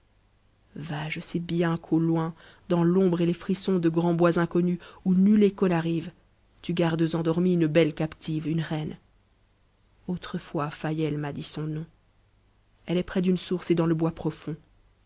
va je sais bien qu'au loin dans l'ombre et les frissons de grands bois inconnus où nul écho n'arrive tu gardes endormie une belle captive une reine autrefois fayel m'a dit son nom elle est près d'une source et dans le bois profond